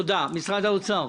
משרד האוצר.